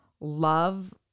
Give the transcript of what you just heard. love